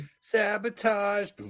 Sabotage